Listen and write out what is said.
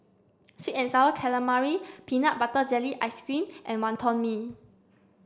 sweet and sour calamari peanut butter jelly ice cream and Wonton Mee